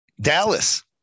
Dallas